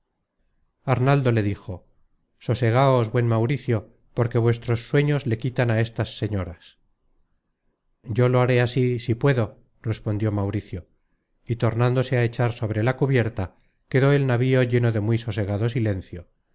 arnaldo le dijo sosegaos buen mauricio porque vuestros sueños le quitan á estas señoras yo lo haré así si puedo respondió mauricio y tornándose á echar sobre la cubierta quedó el navío lleno de muy sosegado silencio